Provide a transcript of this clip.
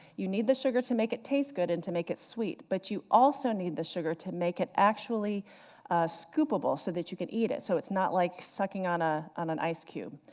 you need the sugar to make it taste good and to make it sweet, but you also need the sugar to make it actually scoopable, so that you can eat it, so it's not like sucking on ah on an ice cube.